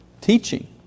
teaching